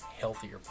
healthier